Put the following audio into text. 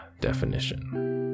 definition